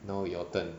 now your turn